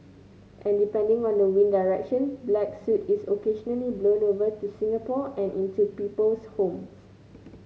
and depending on the wind direction black soot is occasionally blown over to Singapore and into people's homes